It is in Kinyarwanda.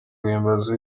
guhimbaza